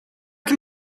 can